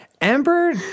Amber